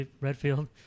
Redfield